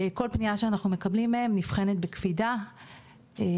כל פנייה שאנחנו מקבלים מהם נבחנת בקפידה כדי